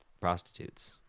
prostitutes